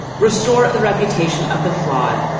restore the reputation of the flawed,